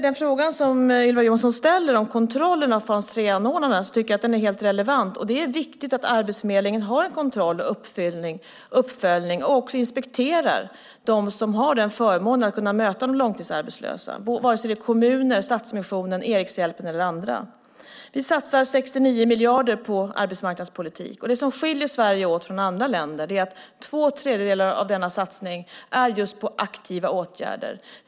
Den fråga som Ylva Johansson ställer om kontrollen av fas 3-anordnarna tycker jag att är helt relevant. Det är viktigt att Arbetsförmedlingen har en kontroll och uppföljning och inspekterar dem som har förmånen att kunna möta de långtidsarbetslösa vare sig det är kommuner, Stadsmissionen, Erikshjälpen eller andra. Vi satsar 69 miljarder på arbetsmarknadspolitik. Det som skiljer Sverige från andra länder är att två tredjedelar av denna satsning just gäller aktiva åtgärder.